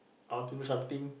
I want to do something